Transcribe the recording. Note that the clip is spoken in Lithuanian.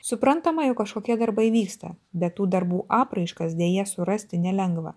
suprantama jog kažkokie darbai vyksta bet tų darbų apraiškas deja surasti nelengva